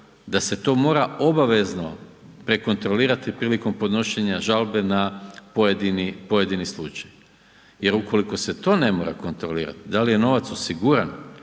da se to mora obavezno prekontrolirati prilikom podnošenja žalbe na pojedini slučaj. Jer ukoliko se to ne mora kontrolirati da li je novac osiguran,